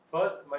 First